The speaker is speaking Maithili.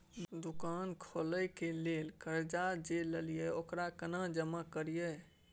दुकान खोले के लेल कर्जा जे ललिए ओकरा केना जमा करिए?